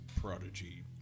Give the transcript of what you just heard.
prodigy